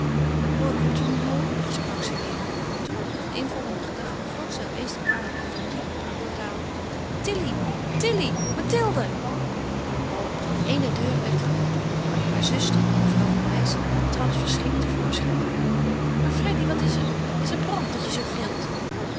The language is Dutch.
o ik word wanhopig sprak ze weêr toen met een invallende gedachte vloog zij op eens de kamer uit en riep op het portaal tilly tilly mathilde een der deuren werd geopend haar zuster mevrouw van rijssel trad verschrikt te voorschijn maar freddy wat is er is er brand dat je zoo gilt